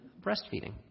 breastfeeding